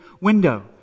window